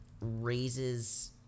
raises